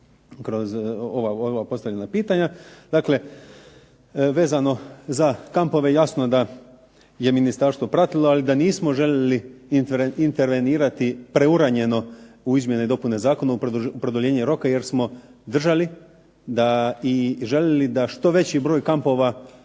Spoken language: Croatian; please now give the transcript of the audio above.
kroz ova postavljena pitanja. Dakle, vezano za kampove jasno da je ministarstvo pratilo, ali da nismo željeli intervenirati preuranjeno u izmjene i dopune zakona, u produljenje roka jer smo držali i željeli da što veći broj kampova